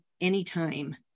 anytime